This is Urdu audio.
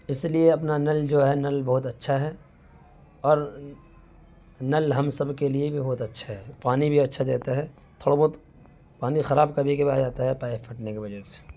اس لیے اپنا نل جو ہے نل بہت اچّھا ہے اور نل ہم سب کے لیے بھی بہت اچّھا ہے پانی بھی اچّھا دیتا ہے تھوڑا بہت پانی خراب کبھی کبھی آ جاتا ہے پائپ پھٹنے کی وجہ سے